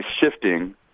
shifting